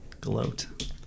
gloat